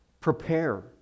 prepare